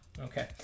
Okay